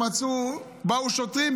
באו שוטרים,